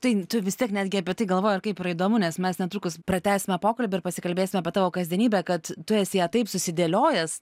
tai tu vis tiek netgi apie tai galvoji ir kaip yra įdomu nes mes netrukus pratęsime pokalbį ir pasikalbėsim apie tavo kasdienybę kad tu esi ją taip susidėliojęs